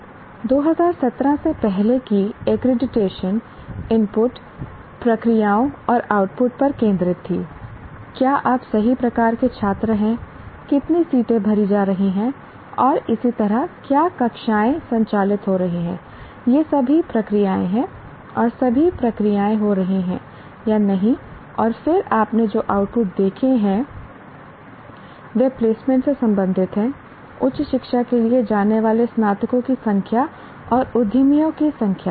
अब 2017 से पहले की एक्रीडिटेशन इनपुट प्रक्रियाओं और आउटपुट पर केंद्रित थी क्या आप सही प्रकार के छात्र हैं कितनी सीटें भरी जा रही हैं और इसी तरह क्या कक्षाएं संचालित हो रही हैं ये सभी प्रक्रिया हैं और सभी प्रक्रियाएं हो रही हैं या नहीं और फिर आपने जो आउटपुट देखे हैं वे प्लेसमेंट से संबंधित हैं उच्च शिक्षा के लिए जाने वाले स्नातकों की संख्या और उद्यमियों की संख्या